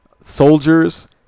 soldiers